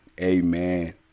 Amen